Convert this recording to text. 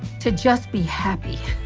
to just be happy.